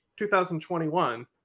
2021